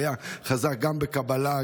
שהיה חזק גם בקבלה,